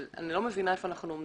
אבל אני לא מבינה איפה אנחנו עומדים.